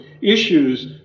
issues